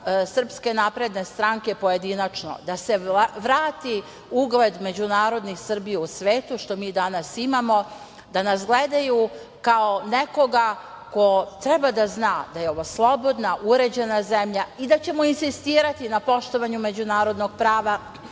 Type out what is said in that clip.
poslanika SNS pojedinačno, da se vrati ugled međunarodni Srbije u svetu, što mi danas imamo, da nas gledaju kao nekoga ko treba da zna da je ovo slobodna, uređena zemlja i da ćemo insistirati na poštovanju međunarodnog prava